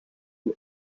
die